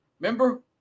Remember